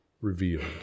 revealed